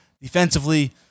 defensively